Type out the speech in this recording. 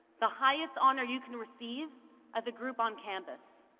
the highest honor you can receive as a group on campus.